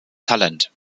talent